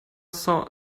saw